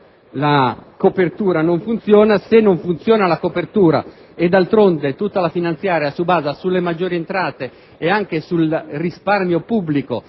finanziaria non funziona e se non funziona la copertura e d'altronde tutta la manovra si basa sulle maggiori entrate e anche sul risparmio pubblico